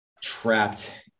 trapped